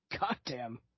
Goddamn